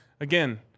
Again